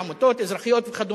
עמותות אזרחיות וכדומה,